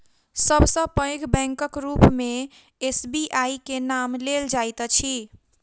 सब सॅ पैघ बैंकक रूप मे एस.बी.आई के नाम लेल जाइत अछि